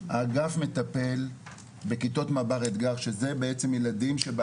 האגף מטפל בכיתות מב"ר-אתגר שזה בעצם ילדים...